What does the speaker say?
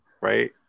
right